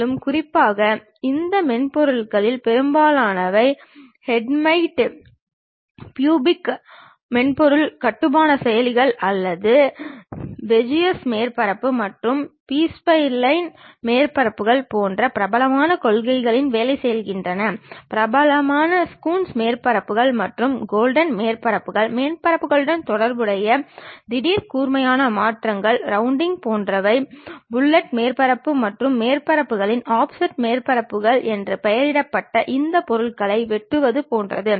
மேலும் குறிப்பாக இந்த மென்பொருளில் பெரும்பாலானவை ஹெர்மைட் பிகூபிக் மேற்பரப்பு கட்டுமான செயலிகள் அல்லது பெஜியர்ஸ் மேற்பரப்புகள் அல்லது பி ஸ்பைலைன் மேற்பரப்புகள் போன்ற பிரபலமான கொள்கைகளில் வேலை செய்கின்றன பிரபலமான கூன்ஸ் மேற்பரப்புகள் அல்லது கோர்டன் மேற்பரப்புகள் மேற்பரப்புகளுடன் தொடர்புடைய திடீர் கூர்மையான மாற்றங்கள் ரவுண்டிங் போன்றவை ஃபில்லட் மேற்பரப்புகள் போன்ற மேற்பரப்புகளில் ஆஃப்செட் மேற்பரப்புகள் என்று பெயரிடப்பட்ட இந்த பொருட்களை வெட்டுவது போன்றது